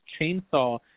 chainsaw